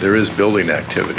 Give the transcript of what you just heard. there is building activity